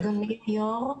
אדוני היו"ר.